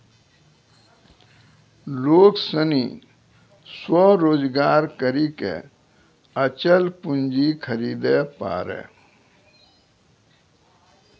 लोग सनी स्वरोजगार करी के अचल पूंजी खरीदे पारै